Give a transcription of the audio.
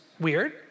weird